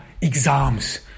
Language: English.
exams